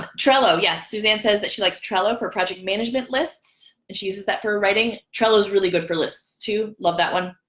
trello yes, suzanne says that she likes trella for project management list and she uses that for writing trello is really good for list too love that one